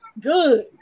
Good